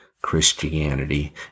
Christianity